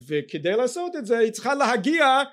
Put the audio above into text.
וכדי לעשות את זה היא צריכה להגיע